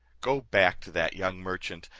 go back to that young merchant,